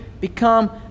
become